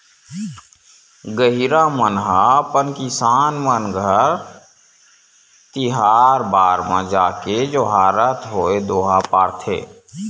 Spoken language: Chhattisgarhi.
गहिरा मन ह अपन किसान मन घर तिहार बार म जाके जोहारत होय दोहा पारथे